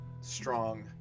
strong